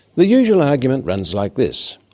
the usual argument runs like this.